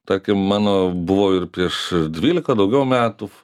tarkim mano buvo ir prieš dvylika daugiau metų